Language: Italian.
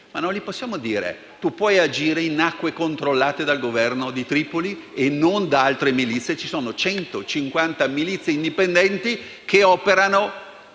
ma non possiamo dire che si può agire in acque controllate dal Governo di Tripoli e non da altre milizie. Ci sono 150 milizie indipendenti che operano